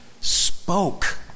spoke